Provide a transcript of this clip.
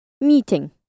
meeting